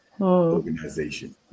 organization